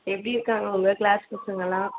எப்படி இருக்காங்க உங்கள் க்ளாஸ் பசங்களெல்லாம்